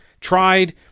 tried